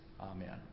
amen